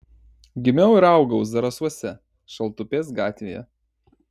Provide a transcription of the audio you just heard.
gimiau ir augau zarasuose šaltupės gatvėje